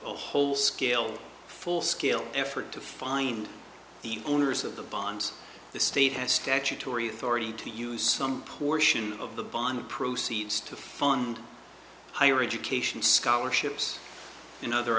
whole scale full scale effort to find the owners of the bonds the state has statutory authority to use some portion of the bond proceeds to fund higher education scholarships and other